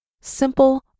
simple